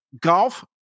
golf